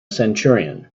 centurion